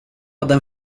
den